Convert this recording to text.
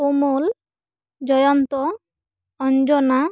ᱩᱢᱩᱞ ᱡᱚᱭᱚᱱᱛᱚ ᱚᱧᱡᱚᱱᱟ